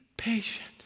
patient